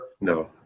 No